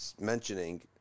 mentioning